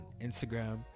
Instagram